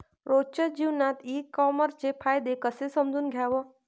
रोजच्या जीवनात ई कामर्सचे फायदे कसे समजून घ्याव?